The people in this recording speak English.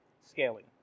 scaling